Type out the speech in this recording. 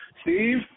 Steve